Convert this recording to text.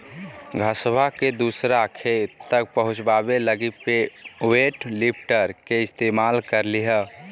घसबा के दूसर खेत तक पहुंचाबे लगी वेट लिफ्टर के इस्तेमाल करलियै